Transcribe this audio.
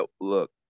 Look